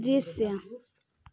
दृश्य